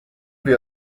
wir